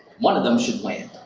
one of them should land.